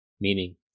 meaning